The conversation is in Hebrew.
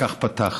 וכך פתחת.